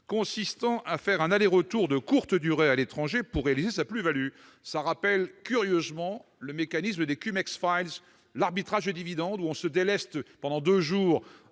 consistant à faire un aller-retour de courte durée à l'étranger pour réaliser sa plus-value. Cela rappelle curieusement le mécanisme des «»: dans cet arbitrage de dividendes, on se déleste pendant deux jours